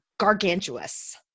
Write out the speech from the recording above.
gargantuous